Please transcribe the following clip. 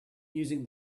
using